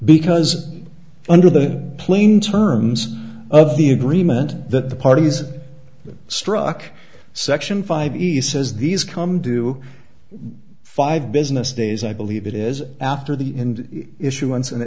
because under the plain terms of the agreement that the parties struck section five e says these come do five business days i believe it is after the end issu